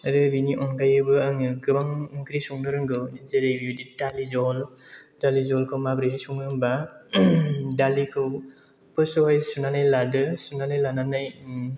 आरो बिनि अनगायैबो आङो गोबां ओंख्रि संनो रोंगौ जेरै दालि जहल दालि जहलखौ माबोरैहाय सङो होनब्ला दालिखौ फार्स्ट आवहाय सुनानै लादो सुनानै लानानै